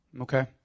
okay